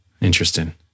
Interesting